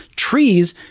trees,